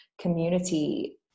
community